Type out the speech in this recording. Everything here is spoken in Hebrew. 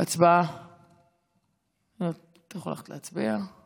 ההצעה להעביר את הנושא לוועדת הפנים והגנת הסביבה נתקבלה.